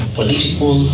political